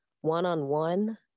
one-on-one